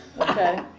Okay